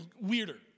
weirder